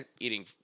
eating